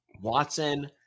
Watson